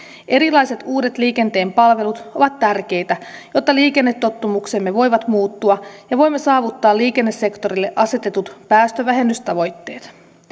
erilaiset uudet liikenteen palvelut ovat tärkeitä jotta liikennetottumuksemme voivat muuttua ja voimme saavuttaa liikennesektorille asetetut päästövähennystavoitteet